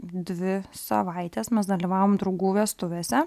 dvi savaitės mes dalyvavom draugų vestuvėse